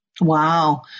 Wow